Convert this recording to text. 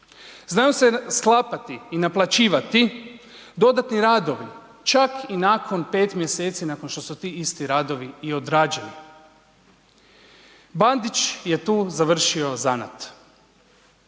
Znaju se sklapati i naplaćivati dodatni radovi, čak i nakon pet mjeseci nakon što su ti isti radovi i odrađeni. Bandić je tu završio zanat.